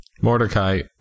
Mordecai